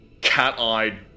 cat-eyed